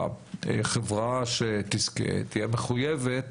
החברה שתזכה תהיה מחויבת